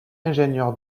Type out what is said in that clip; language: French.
ingénieur